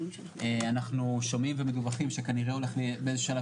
אנחנו שומעים ומדווחים שכנראה הולך באיזה שהוא שלב